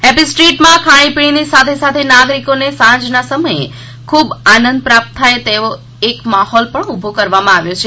happy સ્ટ્રીટમાં ખાણી પીણીની સાથે સાથે નાગરિકોને સાંજના સમયે ખૂબ આનંદ પ્રાપ્ત થાય તેવો એક માહોલ પણ ઊભો કરવામાં આવ્યો છે